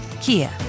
Kia